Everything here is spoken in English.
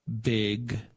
big